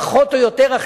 פחות או יותר,